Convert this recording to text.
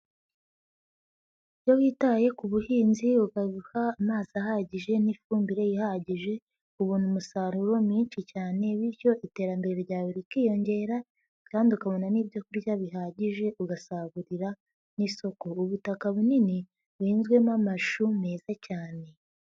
lyo witaye ku buhinzi ukabika amazi ahagije n'ifumbire ihagije, ubona umusaruro mwinshi cyane bityo iterambere ryawe rikiyongera, kandi ukabona n'ibyo kurya bihagije ugasagurira n'isoko, ubutaka bunini buhinzwemo amashu meza cyane.